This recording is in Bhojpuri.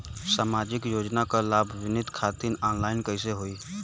सामाजिक योजना क लाभान्वित खातिर ऑनलाइन कईसे होई?